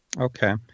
Okay